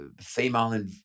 female